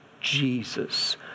Jesus